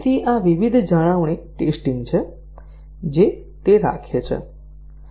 આ વિવિધ જાળવણી ટેસ્ટીંગ છે જે તે રાખે છે